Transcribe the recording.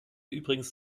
übrigens